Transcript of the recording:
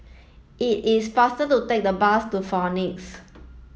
it is faster to take the bus to Phoenix